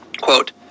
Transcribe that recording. quote